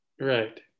right